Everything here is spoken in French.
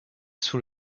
sous